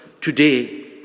today